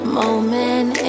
moment